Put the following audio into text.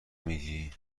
میگی